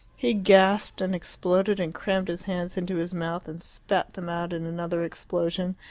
he gasped and exploded and crammed his hands into his mouth and spat them out in another explosion,